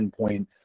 endpoint